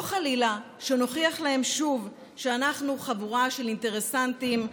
או שחלילה נוכיח להם שוב שאנחנו חבורה של אינטרסנטים,